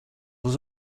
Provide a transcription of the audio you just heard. was